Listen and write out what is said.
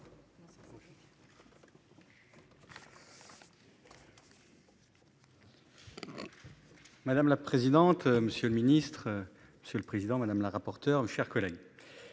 Madame la présidente, monsieur le ministre. Monsieur le président, madame la rapporteure, mes chers collègues.